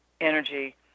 energy